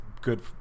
good